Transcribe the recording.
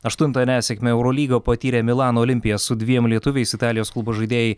aštuntą nesėkmę eurolygoje patyrė milano olimpija su dviem lietuviais italijos klubo žaidėjai